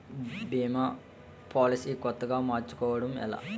భీమా policy కొత్తగా మార్చుకోవడం ఎలా?